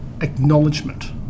acknowledgement